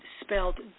spelled